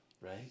Right